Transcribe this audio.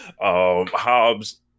Hobbs